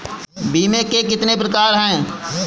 बीमे के कितने प्रकार हैं?